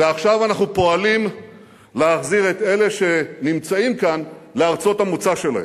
ועכשיו אנחנו פועלים להחזיר את אלה שנמצאים כאן לארצות המוצא שלהם.